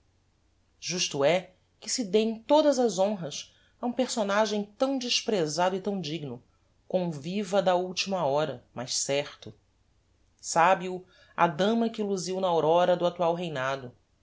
justo é que se dem todas as honras a um personagem tão desprezado e tão digno conviva da ultima hora mas certo sabe-o a dama que luziu na aurora do actual reinado